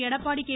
Edappadi K